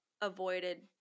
avoided